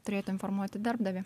turėtų informuoti darbdavį